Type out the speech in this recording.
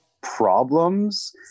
problems